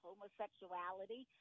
homosexuality